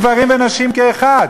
גברים ונשים כאחד.